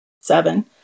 seven